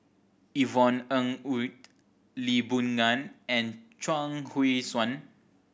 Yvonne Ng Uhde Lee Boon Ngan and Chuang Hui Tsuan